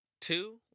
Two